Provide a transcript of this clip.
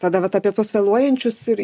tada vat apie tuos vėluojančius ir